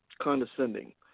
condescending